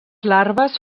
larves